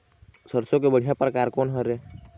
सरसों के बढ़िया परकार कोन हर ये?